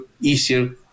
easier